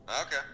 Okay